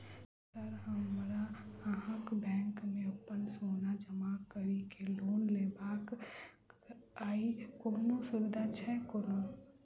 Sir हमरा अहाँक bank मे अप्पन सोना जमा करि केँ लोन लेबाक अई कोनो सुविधा छैय कोनो?